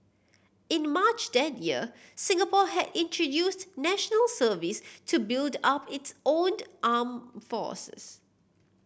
in March that year Singapore had introduced National Service to build up its owned armed forces